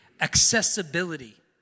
accessibility